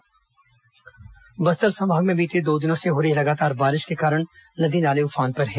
बस्तर बारिश बस्तर संभाग में बीते दो दिनों से हो रही लगातार बारिश के कारण नदी नाले उफान पर हैं